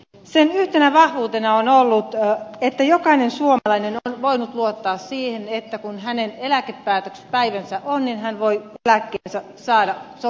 sen yhtenä vahvuutena on ollut että jokainen suomalainen on voinut luottaa siihen että kun hänen eläkepäivänsä on niin hän voi eläkkeensä saada sovittuna päivänä